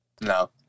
No